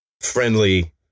friendly